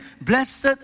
blessed